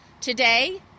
Today